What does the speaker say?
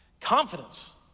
Confidence